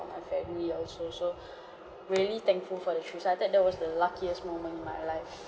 my family also so really thankful for the tree so I thought that was the luckiest moment in my life